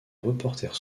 reporters